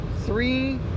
three